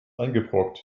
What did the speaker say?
eingebrockt